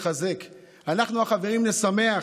השמחה,